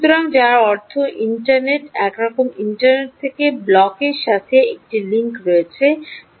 সুতরাং যার অর্থ ইন্টারনেট একরকম ইন্টারনেট থেকে ব্লকের সাথে একটি লিঙ্ক রয়েছে যা বিশ্লেষণ ব্লক ডান